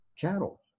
cattle